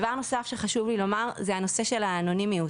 דבר נושא שחשוב לי לומר הוא לגבי הנושא של האנונימיות.